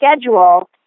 schedule